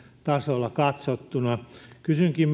tasolla katsottuna kysynkin